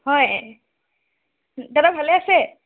হয় দাদা ভালে আছে